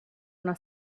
una